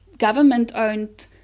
government-owned